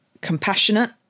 Compassionate